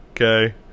okay